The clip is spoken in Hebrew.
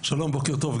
שלום בוקר טוב,